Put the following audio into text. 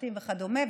המשפטים וכדומה.